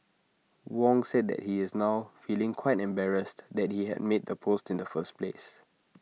Wong said that he is now feeling quite embarrassed that he had made the post in the first place